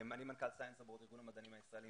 אני מנכ"ל Science Abroad, ארגון המדענים הישראלים